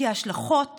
כי ההשלכות